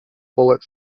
bullet